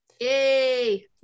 Yay